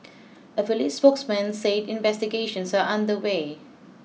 a police spokesman say investigations are under way